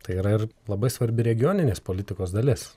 tai yra ir labai svarbi regioninės politikos dalis